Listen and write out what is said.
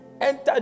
enter